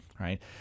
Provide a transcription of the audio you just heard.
right